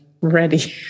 ready